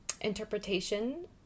interpretation